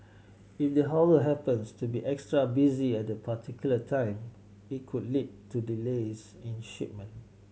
if the haulier happens to be extra busy at the particular time it could lead to delays in shipment